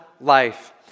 life